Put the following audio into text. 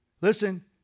Listen